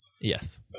Yes